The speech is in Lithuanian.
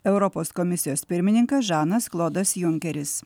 europos komisijos pirmininkas žanas klodas junkeris